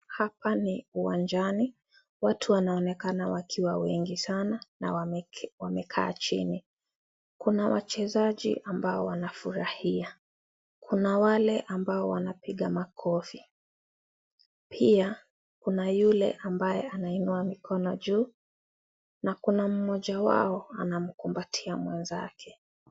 Hapa ni uwanjani, watu wanaonekana wakiwa wengi sana na wamekaa chini. Kuna wachezaji ambao wanafurahia. Kuna wale ambao wanapiga makofi, pia kuna yule ambaye anainua mikono juu na kuna mmoja wao anamkumbatia mwenzake.